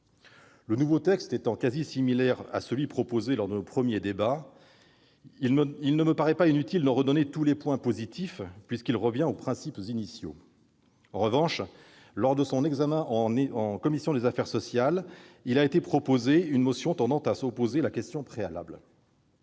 Le nouveau texte étant similaire à celui qui a été proposé lors de nos premiers débats, il ne me paraît pas utile d'en redonner tous les points positifs, puisqu'il revient aux principes initiaux. En revanche, lors de son examen en commission des affaires sociales, a été votée une motion tendant à opposer la question préalable,